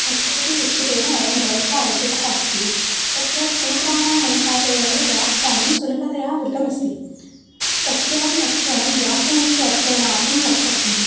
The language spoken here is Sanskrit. भट्टोजिदिक्षितेन अयं ग्रन्थः रचितः अस्ति तत्र सूत्राणामनुसारेणैव व्याख्यानं सुलभतया कृतमस्ति तस्यापि अध्ययनं व्याकरणस्य अध्ययनार्थं कर्तव्यम्